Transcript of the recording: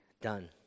done